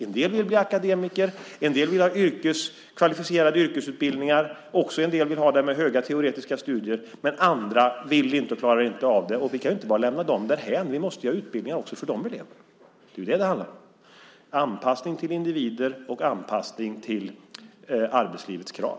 En del vill bli akademiker, och en del vill ha kvalificerad yrkesutbildning, somliga med höga teoretiska studier, men andra vill inte och klarar inte av det. Vi kan inte bara lämna dem därhän. Vi måste ju ha utbildningar också för de eleverna. Det är det som det handlar om, anpassning till individer och anpassning till arbetslivets krav.